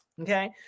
okay